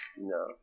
no